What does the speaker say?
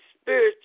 spiritual